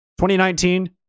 2019